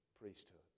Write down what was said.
priesthood